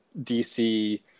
DC